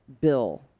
bill